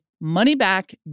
money-back